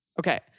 Okay